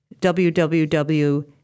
www